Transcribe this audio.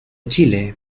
chile